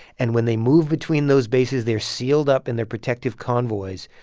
and when they move between those bases, they're sealed up in their protective convoys.